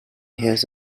has